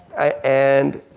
and